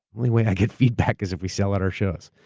only way i get feedback is if we sell at our shows.